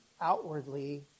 outwardly